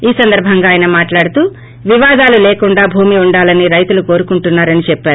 ఈ సందర్బంగా ఆయన మాట్లాడుతూ వివాదాలు లేకుండా భూమి ఉండాలని రైతులు కోరుకుంటున్నారని చెప్పారు